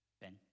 Ben